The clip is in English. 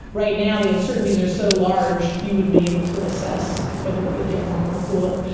right now the uncertainties are so large you wouldn't be able to assess whether it would get warmer or cooler.